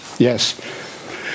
Yes